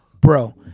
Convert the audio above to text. Bro